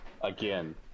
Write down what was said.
again